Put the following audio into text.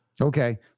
Okay